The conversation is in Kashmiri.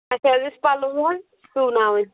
اَسہِ حظ ٲسۍ پلو سُوناوٕنۍ